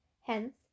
Hence